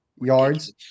yards